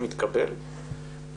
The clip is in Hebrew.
שמתקבל,